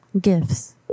Gifts